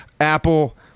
Apple